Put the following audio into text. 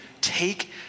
take